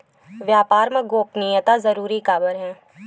व्यापार मा गोपनीयता जरूरी काबर हे?